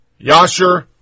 Yasher